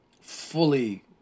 fully